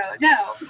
no